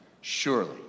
Surely